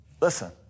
Listen